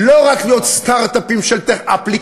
לא רק עוד סטרט-אפים של אפליקציות,